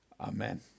Amen